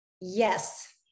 Yes